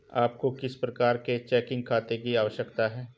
आपको किस प्रकार के चेकिंग खाते की आवश्यकता है?